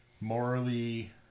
morally